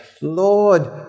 Lord